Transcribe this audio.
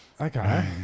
Okay